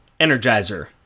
energizer